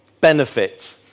benefit